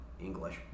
English